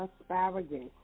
Asparagus